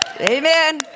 Amen